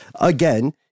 Again